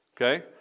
Okay